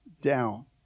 down